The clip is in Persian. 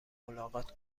ملاقات